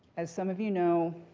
as some of you know,